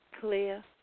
clear